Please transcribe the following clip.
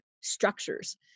structures